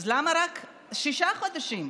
אז למה רק שישה חודשים?